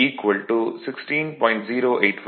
53 16